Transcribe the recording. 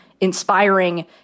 inspiring